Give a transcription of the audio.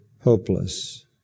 hopeless